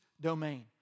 domain